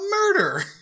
murder